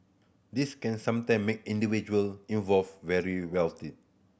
this can sometime make individual involved very wealthy